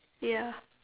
ya